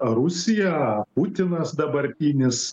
rusija putinas dabartinis